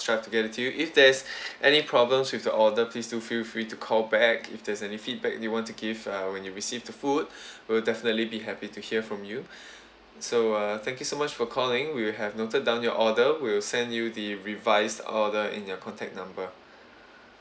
strive to get it to you if there's any problems with the order please do feel free to call back if there's any feedback you want to give uh when you receive the food we'll definitely be happy to hear from you so uh thank you so much for calling we have noted down your order we'll send you the revised order in your contact number